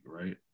right